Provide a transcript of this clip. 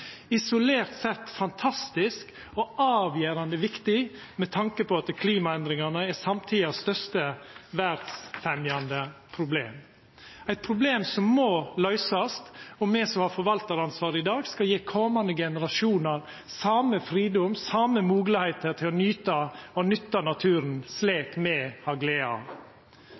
isolert sett fantastisk og avgjerande viktig med tanke på at klimaendringane er samtidas største verdsfemnande problem, eit problem som må løysast. Me som har forvaltaransvaret i dag, skal gje komande generasjonar same fridom og same moglegheiter til å nyta og nytta naturen slik me har glede av.